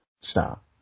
Stop